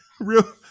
real